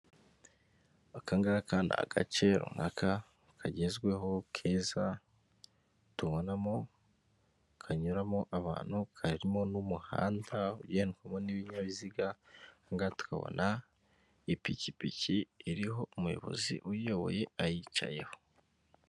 Akangaka ni agace runaka kagezweho keza, tubonamo kanyuramo abantu karimo n'umuhanda ugendwamo n'ibinyabiziga, ahangaha tukabona ipikipiki iriho umuyobozi uyiyoboye ayicayeho.